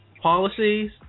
Policies